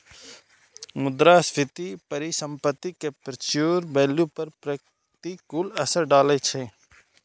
मुद्रास्फीति परिसंपत्ति के फ्यूचर वैल्यू पर प्रतिकूल असर डालै छै